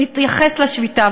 להתייחס לשביתה,